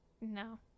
No